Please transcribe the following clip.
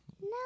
No